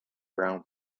round